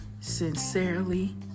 Sincerely